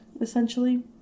essentially